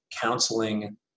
counseling